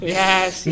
yes